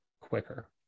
quicker